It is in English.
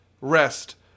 rest